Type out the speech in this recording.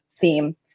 theme